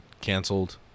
canceled